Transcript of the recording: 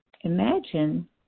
imagine